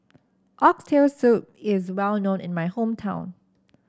Oxtail Soup is well known in my hometown